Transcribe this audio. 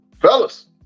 Fellas